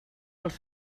els